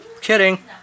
Kidding